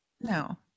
No